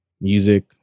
music